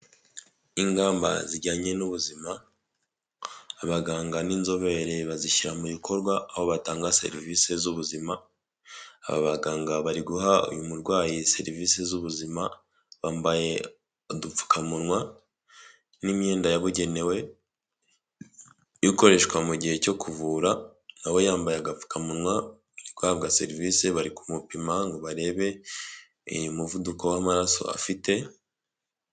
Ingamba zijyanye n'ubuzima abaganga n'inzobere bazishyira mu bikorwa aho batanga serivisi z'ubuzima, aba baganga bari guha uyu murwayi serivisi z'ubuzima, bambaye udupfukamunwa n'imyenda yabugenewe ikoreshwa mu gihe cyo kuvura nawe yambaye agapfukamunwa arahabwa serivisi bari kumupima ngo barebe umuvuduko w'amaraso afite.